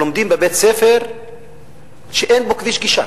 תלמידים שלומדים בבית-ספר שאין אליו כביש גישה.